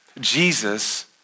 Jesus